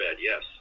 yes